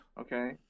Okay